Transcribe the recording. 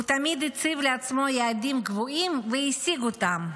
הוא תמיד הציב לעצמו יעדים גבוהים, והשיג אותם.